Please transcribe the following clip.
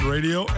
Radio